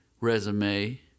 resume